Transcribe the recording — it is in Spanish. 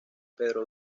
pedro